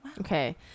okay